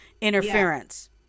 interference